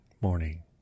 Morning